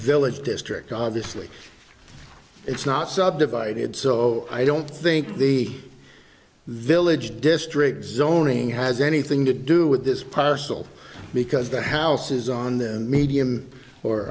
village district obviously it's not subdivided so i don't think the village district zoning has anything to do with this parcel because the house is on the medium or